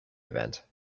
event